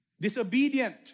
Disobedient